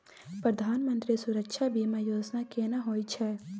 प्रधानमंत्री सुरक्षा बीमा योजना केना होय छै?